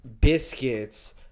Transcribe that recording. Biscuits